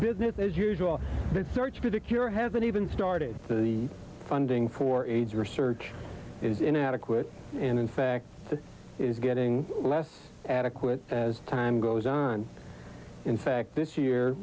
business as usual search particular hasn't even started the funding for aids research is inadequate and in fact is getting less adequate as time goes on in fact this year